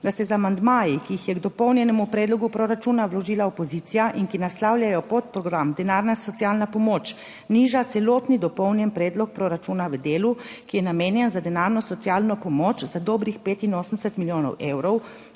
da se z amandmaji, ki jih je k dopolnjenemu predlogu proračuna vložila opozicija in ki naslavljajo podprogram Denarna socialna pomoč niža celotni dopolnjen predlog proračuna v delu, ki je namenjen za denarno socialno pomoč za dobrih 85 milijonov evrov,